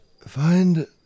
Find